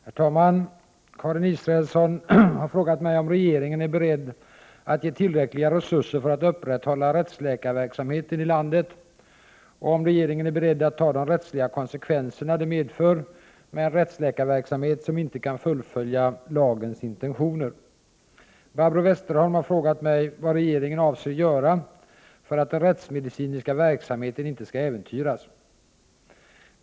Herr talman! Karin Israelsson har frågat mig om regeringen är beredd att ge tillräckliga resurser för att upprätthålla rättsläkarverksamheten i landet och om regeringen är beredd att ta de rättsliga konsekvenserna det medför med en rättsläkarverksamhet som inte kan fullfölja lagens intentioner. Barbro Westerholm har frågat mig vad regeringen avser göra för att den rättsmedicinska verksamheten inte skall äventyras.